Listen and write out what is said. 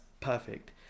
perfect